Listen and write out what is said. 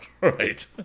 Right